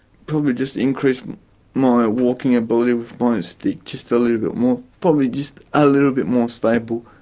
probably just increased my walking ability with my stick just a little bit more. probably just a little bit more stable.